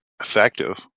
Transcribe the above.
effective